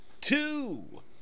two